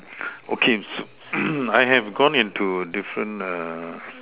okay so I have gone into different err